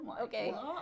okay